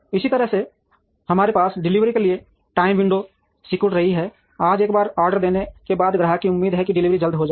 इसी तरह से हमारे पास डिलीवरी के लिए टाइम विंडो सिकुड़ रही है आज एक बार ऑर्डर देने के बाद ग्राहक को उम्मीद है कि डिलीवरी जल्दी हो जाएगी